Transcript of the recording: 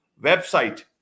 website